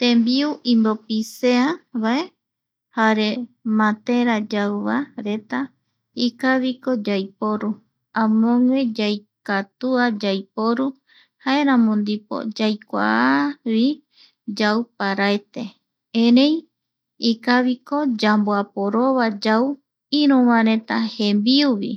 Tembiu imbopisea vae, jare mate ra yau va reta ikaviko yaiporu, amogue yaika, tua yaiporu jaeramo ndipo yaikua avi yau paraete erei ikaviko yamboaporova yau iruvareta jembiuvi